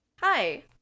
hi